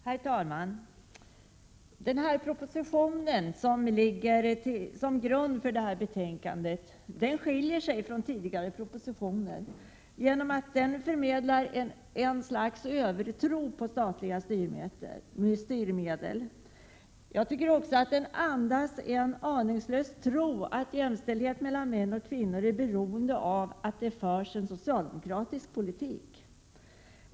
Herr talman! Den proposition som ligger till grund för detta betänkande skiljer sig från tidigare propositioner genom att den förmedlar ett slags övertro på statliga styrmedel. Jag tycker också att den andas en aningslös tro att jämställdhet mellan män och kvinnor är beroende av att det förs en socialdemokratisk politik.